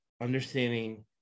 understanding